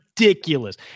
Ridiculous